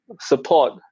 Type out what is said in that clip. support